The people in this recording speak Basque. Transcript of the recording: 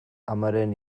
amaren